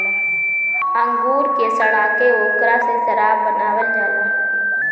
अंगूर के सड़ा के ओकरा से शराब बनावल जाला